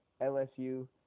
LSU